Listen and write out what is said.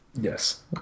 yes